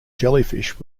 jellyfish